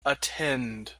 attend